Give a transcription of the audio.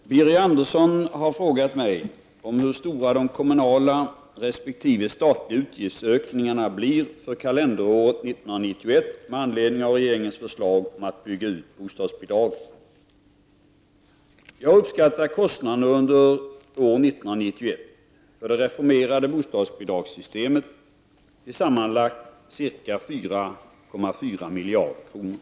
Fru talman! Birger Andersson har frågat mig om hur stora de kommunala resp. statliga utgiftsökningarna blir för kalenderåret 1991 med anledning av regeringens förslag om att bygga ut bostadsbidragen. Jag har uppskattat kostnaderna under år 1991 för det reformerade bostadsbidragsssytemet till sammanlagt ca 4,4 miljarder kronor.